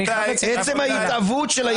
בנוסח.